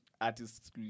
artists